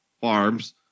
farms